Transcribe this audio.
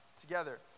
together